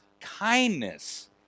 kindness